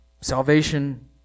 salvation